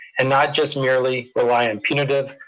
and not just merely rely on punitive,